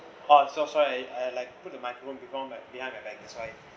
ah so sorry I like put the microphone before my behind my back is fine